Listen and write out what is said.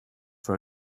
for